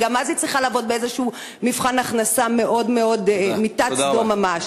וגם אז היא צריכה לעמוד במבחן הכנסה שהוא מיטת סדום ממש.